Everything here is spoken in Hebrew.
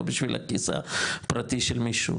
לא בשביל הכיס הפרטי של מישהו,